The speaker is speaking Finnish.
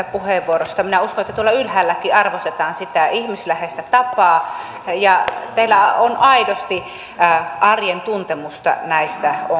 minä uskon että tuolla ylhäälläkin arvostetaan sitä ihmisläheistä tapaa ja teillä on aidosti arjen tuntemusta näistä ongelmista